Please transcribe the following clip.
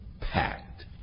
packed